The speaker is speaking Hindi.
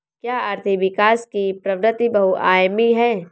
क्या आर्थिक विकास की प्रवृति बहुआयामी है?